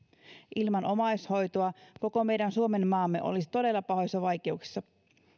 ilman omaishoitoa koko meidän suomenmaamme olisi todella pahoissa vaikeuksissa